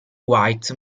white